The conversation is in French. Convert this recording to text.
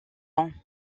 ans